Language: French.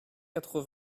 quatre